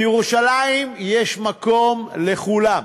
בירושלים יש מקום לכולם: